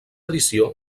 edició